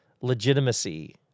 legitimacy